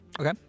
okay